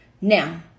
Now